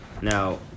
Now